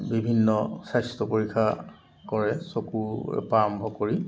বিভিন্ন স্বাস্থ্য পৰীক্ষা কৰে চকুৰ পৰা আৰম্ভ কৰি